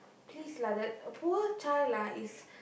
please lah that poor child ah is